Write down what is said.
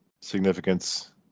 significance